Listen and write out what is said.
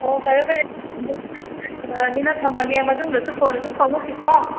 ꯍꯣꯍꯣ ꯐꯔꯦ ꯐꯔꯦ ꯈꯔ ꯁꯥꯟꯅꯔꯃꯤꯅ ꯊꯝꯃꯒꯦ ꯃꯇꯨꯡꯗꯁꯨ ꯐꯣꯟ ꯑꯗꯨꯝ ꯐꯥꯎꯅꯁꯤꯀꯣ